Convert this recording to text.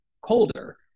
colder